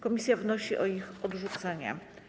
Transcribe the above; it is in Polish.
Komisja wnosi o ich odrzucenie.